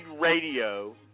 radio